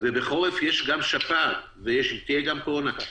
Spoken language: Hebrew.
ובחורף יש גם שפעת ותהיה גם קורונה.